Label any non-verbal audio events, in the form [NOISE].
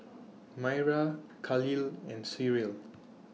[NOISE] Myra Khalil and Cyril